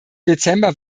dezember